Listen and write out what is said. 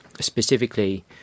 specifically